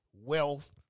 wealth